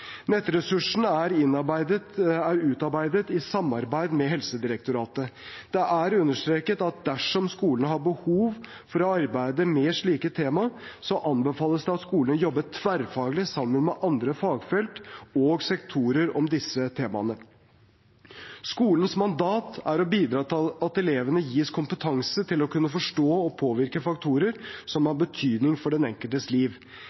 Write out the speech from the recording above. er utarbeidet i samarbeid med Helsedirektoratet. Det er understreket at dersom skolene har behov for å arbeide med slike tema, anbefales det at skolene jobber tverrfaglig sammen med andre fagfelt og sektorer om disse temaene. Skolens mandat er å bidra til at elevene gis kompetanse til å kunne forstå og påvirke faktorer som har betydning for den enkeltes liv.